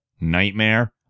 Nightmare